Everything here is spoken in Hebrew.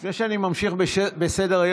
לפני שאני ממשיך בסדר-היום,